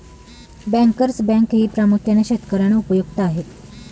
bankers बँकही प्रामुख्याने शेतकर्यांना उपयुक्त आहे